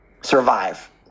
survive